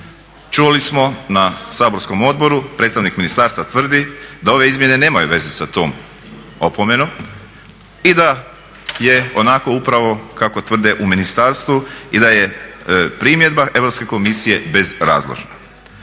Čuli smo na saborsko odboru, predstavnik ministarstva tvrdi da ove izjave nemaju veze sa tom opomenom i da je onako upravo kako tvrde u ministarstvu i da je primjedba Europske komisije bezrazložna.